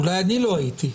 אולי אני לא הייתי.